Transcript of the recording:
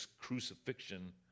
crucifixion